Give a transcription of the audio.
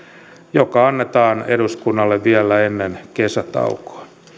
joka annetaan eduskunnalle vielä ennen kesätaukoa